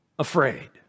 afraid